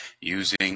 Using